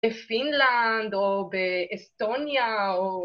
בפינלנד או באסטוניה או...